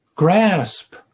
Grasp